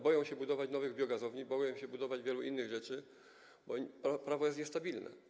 Boją się budować nowych biogazowni, boją się budować wielu innych rzeczy, bo prawo jest niestabilne.